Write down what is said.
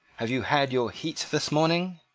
have you had your heat this morning?